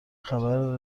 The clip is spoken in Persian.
خبر